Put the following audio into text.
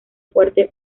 fuerte